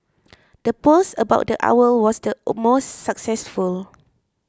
the post about the owl was the most successful